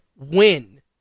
win